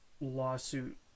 Lawsuit